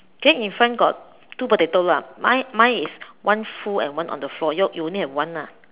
then in front got two potato lah mine mine is one full and one on the floor your you only have one lah